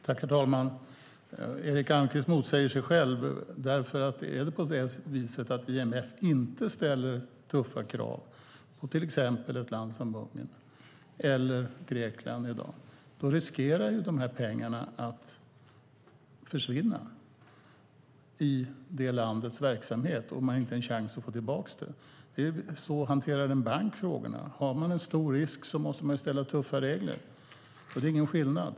Herr talman! Erik Almqvist motsäger sig själv. Om IMF inte ställer tuffa krav på ett land som till exempel Ungern eller Grekland riskerar de här pengarna att försvinna i det landets verksamhet, och man har inte en chans att få tillbaka dem. Så hanterar en bank frågorna. Tar man en stor risk måste man ha tuffa regler. Det är ingen skillnad.